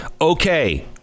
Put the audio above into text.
okay